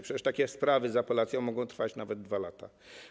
Przecież takie sprawy z apelacją mogą trwać nawet 2 lata.